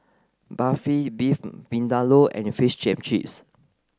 Barfi Beef Vindaloo and Fish Chips